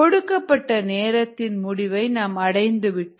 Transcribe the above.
கொடுக்கப்பட்ட நேரத்தின் முடிவை நாம் அடைந்து விட்டோம்